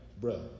bro